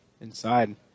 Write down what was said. inside